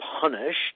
punished